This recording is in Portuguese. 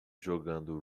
jogando